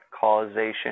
causation